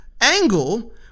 angle